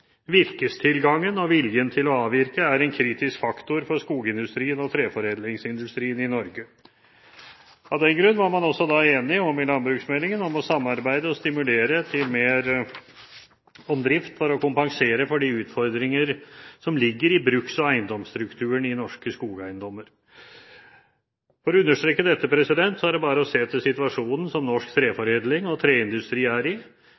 Virkestilgangen og viljen til å avvirke er en kritisk faktor for skogindustrien og treforedlingsindustrien i Norge. Av den grunn var man også i landbruksmeldingen enig om å stimulere til samarbeid om drift for å kompensere for de utfordringer som ligger i bruks- og eiendomsstrukturen i norske skogeiendommer. For å understreke dette er det bare å se til situasjonen som norsk treforedling og treindustri er i.